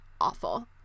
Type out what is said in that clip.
awful